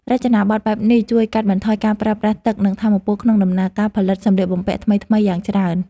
រចនាប័ទ្មបែបនេះជួយកាត់បន្ថយការប្រើប្រាស់ទឹក និងថាមពលក្នុងដំណើរការផលិតសម្លៀកបំពាក់ថ្មីៗយ៉ាងច្រើន។